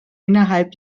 innerhalb